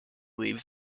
leave